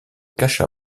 cacha